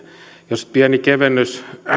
jos pieni kevennys